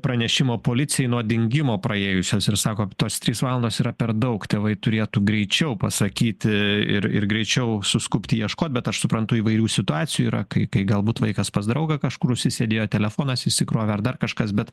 pranešimo policijai nuo dingimo praėjusios ir sako tos trys valandos yra per daug tėvai turėtų greičiau pasakyt į ir ir greičiau suskubti ieškot bet aš suprantu įvairių situacijų yra kai kai galbūt vaikas pas draugą kažkur užsisėdėjo telefonas išsikrovė ar dar kažkas bet